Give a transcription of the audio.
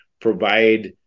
provide